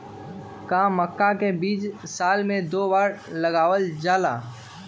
का मक्का के बीज साल में दो बार लगावल जला?